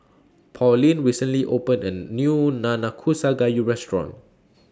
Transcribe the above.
Pauline recently opened A New Nanakusa Gayu Restaurant